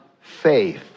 faith